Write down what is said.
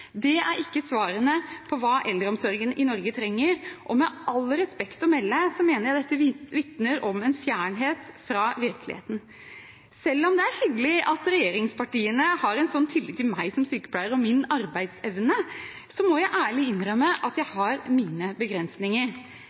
Det er ikke svarene på hva eldreomsorgen i Norge trenger. Med all respekt å melde mener jeg dette vitner om en fjernhet fra virkeligheten. Selv om det er hyggelig at regjeringspartiene har en sånn tillit til meg som sykepleier og min arbeidsevne, må jeg ærlig innrømme at jeg har mine begrensninger.